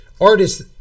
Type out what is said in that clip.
artists